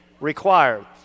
required